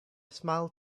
smiled